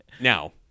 Now